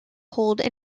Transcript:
hold